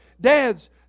Dads